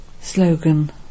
Slogan